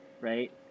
Right